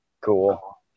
cool